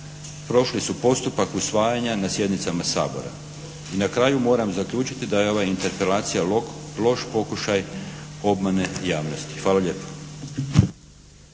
prošli su postupak usvajanja na sjednicama Sabora. I na kraju moram zaključiti da je ova interpelacija loš pokušaj obmane javnosti. Hvala lijepo.